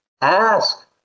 ask